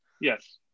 Yes